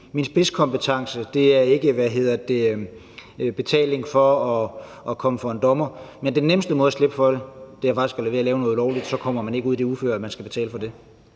min spidskompetence ikke er betaling for at komme for en dommer. Men den nemmeste måde at slippe for det er faktisk at lade være med at lave noget ulovligt, for så kommer man ikke ud i det uføre, at man skal betale for det.